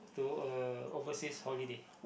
to a overseas holiday